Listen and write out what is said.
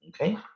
Okay